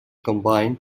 combined